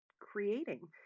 creating